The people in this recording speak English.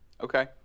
Okay